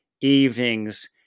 evenings